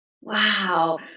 Wow